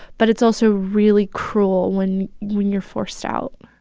but it's also really cruel when you're forced out